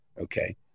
okay